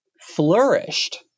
flourished